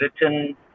written